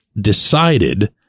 decided